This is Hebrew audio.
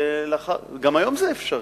גם היום זה אפשרי.